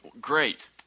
Great